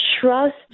trust